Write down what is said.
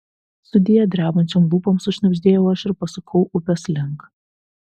sudie drebančiom lūpom sušnibždėjau aš ir pasukau upės link